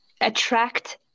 attract